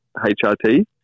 HRT